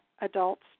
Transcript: adults